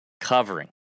covering